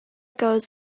goes